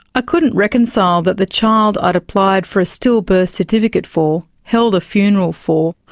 i couldn't reconcile that the child i'd applied for a stillbirth certificate for, held a funeral for,